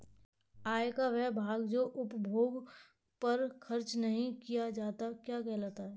आय का वह भाग जो उपभोग पर खर्च नही किया जाता क्या कहलाता है?